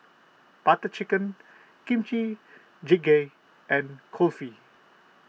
Butter Chicken Kimchi Jjigae and Kulfi